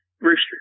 Rooster